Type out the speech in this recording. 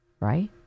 right